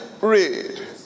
Read